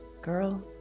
Girl